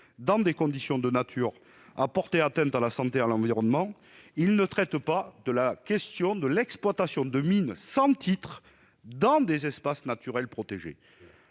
dans des conditions de nature à porter atteinte à la santé et à l'environnement, il ne traite pas de la question de l'exploitation de mine sans titre dans les espaces naturels protégés.